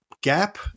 gap